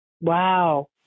wow